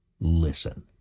Listen